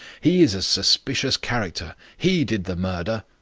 he is a suspicious character. he did the murder.